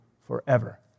forever